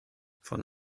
von